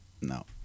No